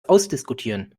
ausdiskutieren